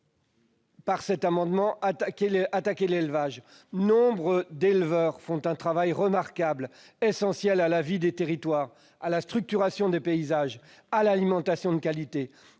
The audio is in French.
absolument pas attaquer l'élevage. Nombre d'éleveurs réalisent un travail remarquable, essentiel à la vie des territoires, à la structuration des paysages, à l'alimentation de qualité.